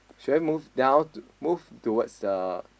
should I move down to move towards uh